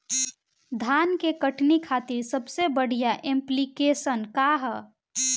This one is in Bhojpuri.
धान के कटनी खातिर सबसे बढ़िया ऐप्लिकेशनका ह?